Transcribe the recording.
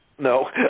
No